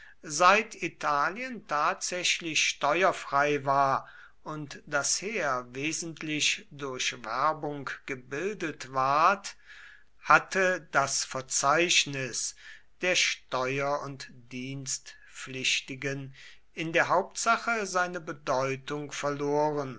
seit italien tatsächlich steuerfrei war und das heer wesentlich durch werbung gebildet ward hatte das verzeichnis der steuer und dienstpflichtigen in der hauptsache seine bedeutung verloren